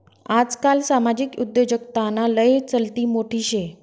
आजकाल सामाजिक उद्योजकताना लय चलती मोठी शे